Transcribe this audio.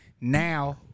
now